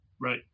Right